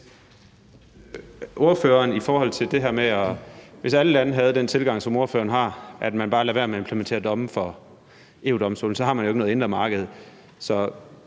Hvis alle lande havde den tilgang, som ordføreren har, at man bare lader være med at implementere domme fra EU-Domstolen, så havde man jo ikke noget indre marked.